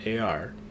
AR